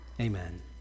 amen